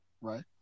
Right